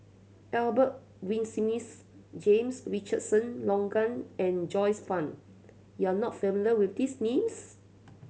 Albert Winsemius James Richardson Logan and Joyce Fan you are not familiar with these names